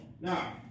Now